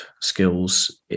skills